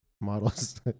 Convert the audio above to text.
models